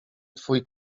twój